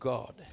God